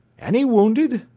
any wounded?